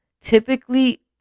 typically